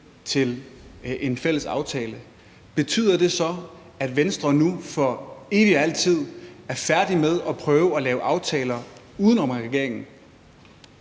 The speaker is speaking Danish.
til en fælles aftale, betyder det så, at Venstre nu for evigt og altid er færdige med at prøve at lave aftaler uden om regeringen?